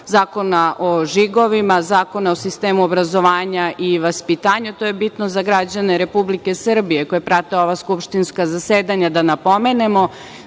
Zakona o žigovima, Zakona o sistemu obrazovanja i vaspitanja, to je bitno za građane Republike Srbije koji prate ova skupštinska zasedanja da napomenemo,